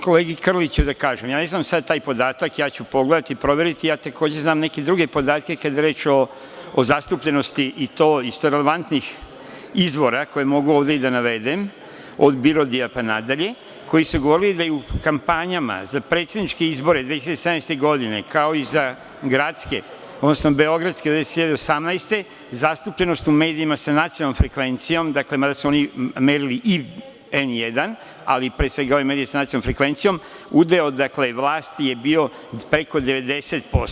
kolegi Krliću da kažem, ja ne znam sada taj podatak, ja ću pogledati, proveriti, takođe znam neke druge podatke kada je reč o zastupljenosti i to isto relevantnih izvora koje mogu ovde i da navedem, od BIRODI-ja pa nadalje, koji su govorili da u kampanjama za predsedničke izbore 2017. godine, kao i za gradske, odnosno beogradske 2018. godine, zastupljenost u medijima sa nacionalnom frekvencijom, mada su oni merili i N1, ali pre svega one medije sa nacionalnom frekvencijom, udeo vlasti je bio preko 90%